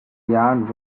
yarn